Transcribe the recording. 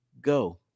Go